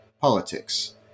politics